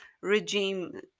regime